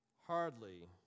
hardly